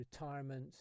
retirement